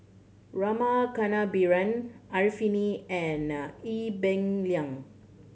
Rama Kannabiran Arifin and Ee Peng Liang